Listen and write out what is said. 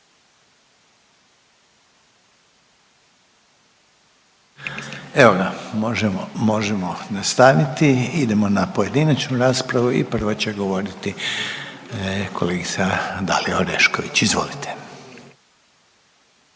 Evo ga, možemo nastaviti. Idemo na pojedinačnu raspravu i prva će govoriti kolegica Dalija Orešković, izvolite.